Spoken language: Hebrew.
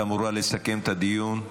בבקשה, את אמורה לסכם את הדיון.